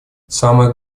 самое